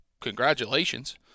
congratulations